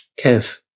Kev